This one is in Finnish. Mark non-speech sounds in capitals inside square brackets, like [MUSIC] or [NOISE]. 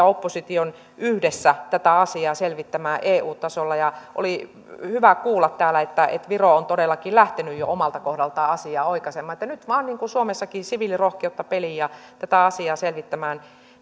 [UNINTELLIGIBLE] opposition yhdessä tätä asiaa selvittämään eu tasolla oli hyvä kuulla täällä että että viro on todellakin lähtenyt jo omalta kohdaltaan asiaa oikaisemaan nyt vain suomessakin siviilirohkeutta peliin ja tätä asiaa selvittämään